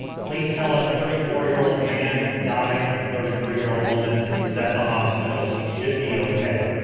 police tell us thirty four year old man has died and a thirty three year old woman is at the hospital, she should be okay.